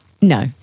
no